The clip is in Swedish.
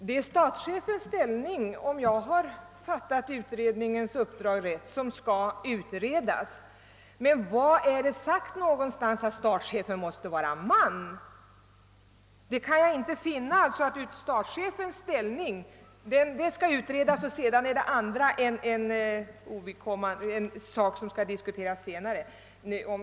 Herr talman! Om jag har fattat beredningens uppdrag rätt är det statschefens ställning som skäll utredas. Men var är det sagt att statschefen måste vara man? Jag kan inte finna någonstans att det endast är en manlig statschefs ställning som skall utredas.